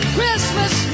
Christmas